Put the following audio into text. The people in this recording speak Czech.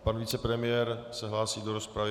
Pan vicepremiér se hlásí do rozpravy.